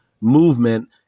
movement